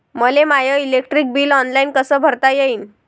मले my electric bill online कस भरता येईन?